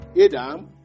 Adam